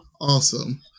Awesome